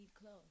clothes